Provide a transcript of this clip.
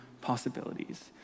possibilities